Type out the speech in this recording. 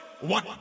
One